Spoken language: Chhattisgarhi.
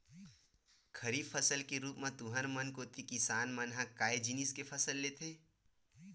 खरीफ फसल के रुप म तुँहर मन कोती किसान मन ह काय जिनिस के फसल लेथे?